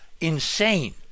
insane